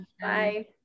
Bye